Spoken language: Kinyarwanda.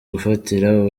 gufatira